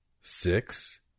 six